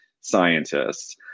scientists